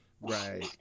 right